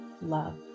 love